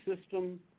system